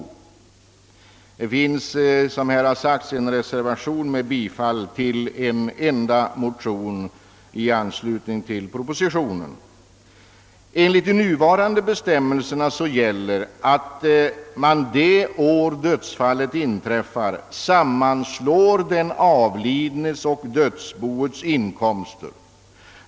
I anslutning till propositionen har det på denna punkt väckts en motion, och i den reservation som fogats till utskottets betänkande tillstyrks denna motion. Enligt de nuvarande bestämmelserna sammanslås den avlidnes och dödsboets inkomster det år som dödsfallet inträffar.